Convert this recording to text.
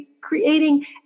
creating